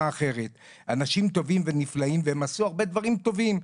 אחרת והם אנשים טובים ונפלאים והם עשו הרבה דברים טובים,